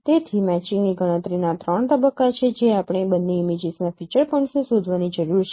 તેથી મેચિંગની ગણતરીના આ ત્રણ તબક્કા છે જે આપણે બંને ઇમેજીસના ફીચર પોઇન્ટ્સને શોધવાની જરૂર છે